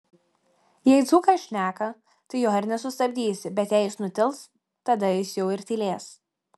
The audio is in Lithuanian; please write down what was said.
jei dzūkas šneka tai jo ir nesustabdysi bet jei jis nutils tada jis jau ir tylės